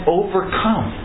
overcome